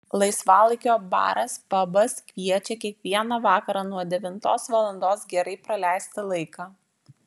laisvalaikio baras pabas kviečia kiekvieną vakarą nuo devintos valandos gerai praleisti laiką